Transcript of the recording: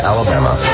Alabama